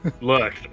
Look